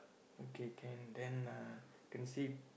okay can then uh can see